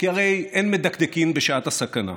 כי הרי אין מדקדקין בשעת הסכנה.